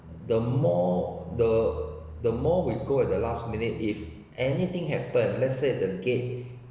the more the the more we go at the last minute if anything happened let's say the gate